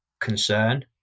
concern